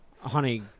Honey